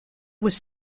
was